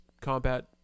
combat